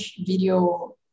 video